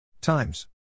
times